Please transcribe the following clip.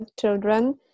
children